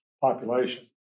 population